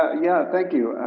ah yeah, thank you.